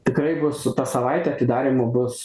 tikrai bus ta savaitė atidarymo bus